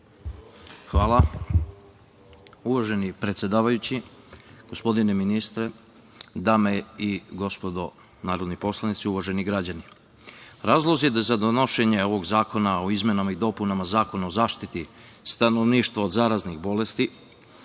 Hvala. Uvaženi predsedavajući, gospodine ministre, dame i gospodo narodni poslanici, uvaženi građani, razlozi za donošenje ovog zakona o izmenama i dopunama Zakona o zaštiti stanovništva od zaraznih bolesti